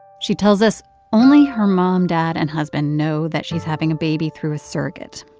she tells us only her mom, dad and husband know that she's having a baby through a surrogate.